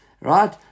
Right